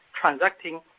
transacting